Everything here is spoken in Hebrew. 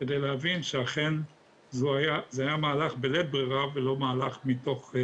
בכדי להבין שאכן זה היה מהלך בלית ברירה ולא מהלך מתוך